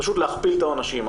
פשוט להכפיל את העונשים.